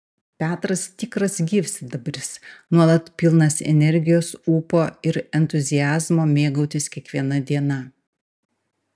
petras tikras gyvsidabris nuolat pilnas energijos ūpo ir entuziazmo mėgautis kiekviena diena